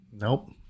Nope